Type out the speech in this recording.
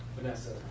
Vanessa